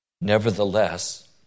Nevertheless